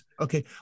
okay